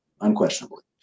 unquestionably